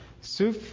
Suf